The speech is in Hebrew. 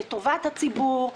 לטובת הציבור,